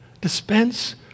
dispense